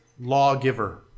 lawgiver